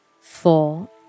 four